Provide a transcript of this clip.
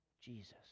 Jesus